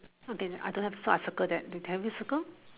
okay I don't have so I circle that have you circle